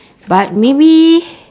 but maybe